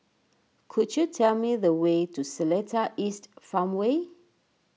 could you tell me the way to Seletar East Farmway